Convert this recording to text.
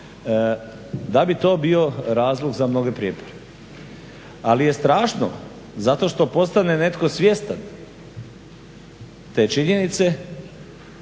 da bi to bio razlog za nove prijepore. Ali je strašno zato što postane netko svjestan te činjenice,